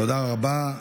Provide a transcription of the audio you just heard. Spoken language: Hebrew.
תודה רבה.